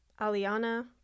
Aliana